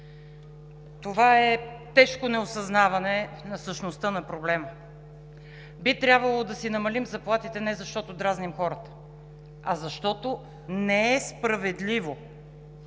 Това е тежко неосъзнаване на същността на проблема. Би трябвало да си намалим заплатите не защото дразним хората, а защото не е справедливо,